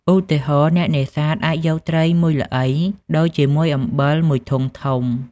ឧទាហរណ៍ អ្នកនេសាទអាចយកត្រីមួយល្អីដូរជាមួយអំបិលមួយធុងធំ។